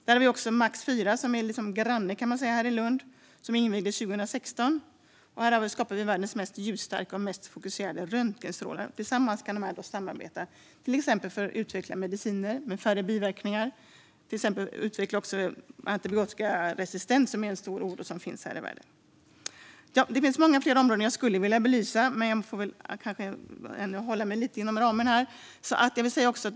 Vi har också MAX IV som granne i Lund. Det invigdes 2016. Här skapas världens mest ljusstarka och mest fokuserade röntgenstrålar. Dessa två kan samarbeta för att till exempel utveckla mediciner med färre biverkningar. Det kan till exempel handla om att utveckla för att åtgärda antibiotikaresistens, något som är en stor oro i världen. Det finns många fler områden jag skulle vilja belysa, men jag får hålla mig inom ramen för debatten.